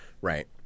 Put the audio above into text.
Right